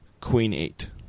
queen-eight